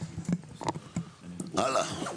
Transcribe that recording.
טוב, הלאה.